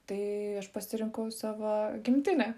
tai aš pasirinkau savo gimtinę